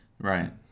right